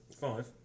Five